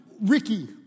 Ricky